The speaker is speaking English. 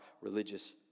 religious